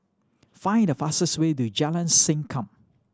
find the fastest way to Jalan Sankam